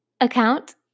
account